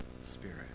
Spirit